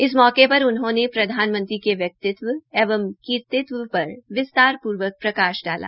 इस मौके पर उन्होंने प्रधानमंत्री के व्यक्तित्व एंव कृतित्व पर विस्तार पूर्वक प्रकाश डाला